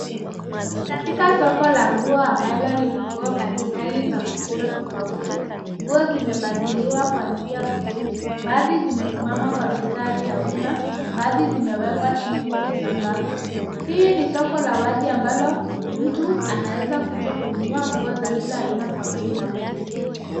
Ni katika soko la nguo ambalo lina nguo mbalimbali za mitindo tofauti. Nguo zimepangiliwa kwa njia mbili, baadhi zimesimama kwa mistari ya wima na baadhi zimewekwa chini kwenye sakafu. Hii ni soko la wazi ambalo mtu anaweza kuja kununua nguo za kila aina kwa bei nafuu.